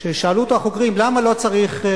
כששאלו אותו החוקרים: למה לא צריך?